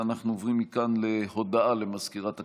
אנחנו עוברים מכאן להודעה למזכירת הכנסת,